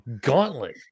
Gauntlet